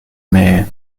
mais